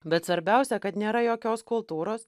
bet svarbiausia kad nėra jokios kultūros